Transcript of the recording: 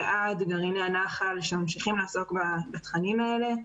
ועד גרעיני הנח"ל שממשיכים לעסוק בתכנים האלה.